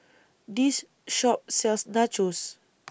This Shop sells Nachos